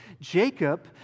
Jacob